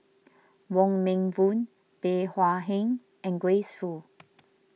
Wong Meng Voon Bey Hua Heng and Grace Fu